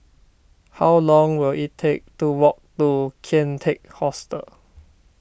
how long will it take to walk to Kian Teck Hostel